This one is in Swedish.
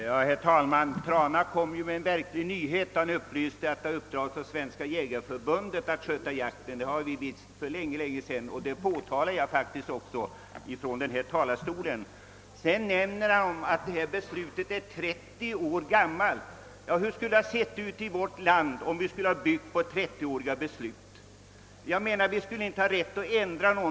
Herr talman! Herr Trana kom med en verklig nyhet. Han upplyste om att det har uppdragits åt Svenska jägareförbundet att sköta jakten. Det har vi vetat sedan länge, och jag erinrade faktiskt om det från denna talarstol. Vidare nämnde han att detta beslut är 30 år gammalt. Ja, hur skulle det ha sett ut i vårt land om vi hade byggt på 30-åriga beslut? Vi skulle väl då inte ha haft rätt att ändra någonting.